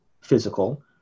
physical